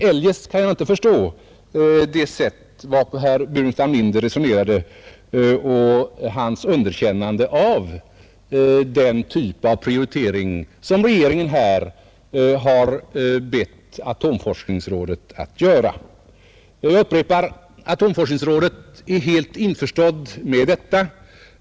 Eljest kan jag inte förstå det sätt varpå herr Burenstam Linder resonerade och hans underkännande av den typ av prioritering, som regeringen nyligen har bett atomforskningsrådet att göra. Jag upprepar att atomforskningsrådet är helt införstått med detta.